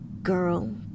girl